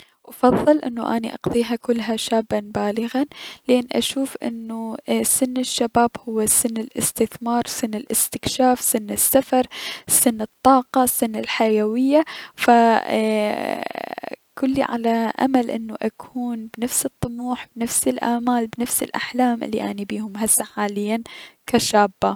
افضل انو اني اقضيها كلها شابا بالغا لان اني اشوف انو سن الشباب هو سن الأستثمار، سن الأستكشاف، سن السفر، سن الطاقة، سن الحيوية، ف ايي- فاني كلي على امل اني اكون بنفس الطموح، بنفس الامال، بنفس الأحلام الي اني بيهم حاليا كشابة.